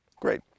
Great